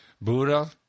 Buddha